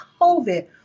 COVID